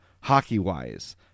hockey-wise